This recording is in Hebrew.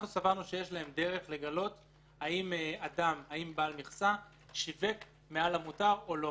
אנחנו סברנו שיש להם דרך לגלות האם בעל מכסה שיווק מעל המותר או לא.